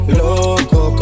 loco